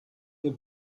mir